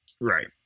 Right